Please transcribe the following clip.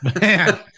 man